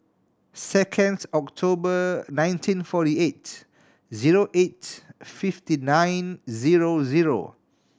second October nineteen forty eight zero eight fifty nine zero zero